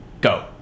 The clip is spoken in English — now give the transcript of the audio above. Go